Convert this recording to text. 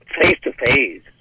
face-to-face